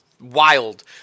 Wild